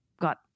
got